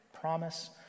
promise